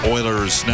Oilers